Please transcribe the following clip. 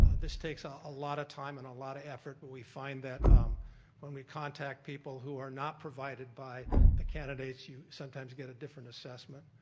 this takes ah a lot of time and a lot of effort. but we find that when we contact people who are not provided by the candidates you sometimes get a different assessment.